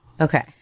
okay